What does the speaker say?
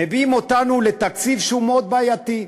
מביאה אותנו לתקציב שהוא מאוד בעייתי.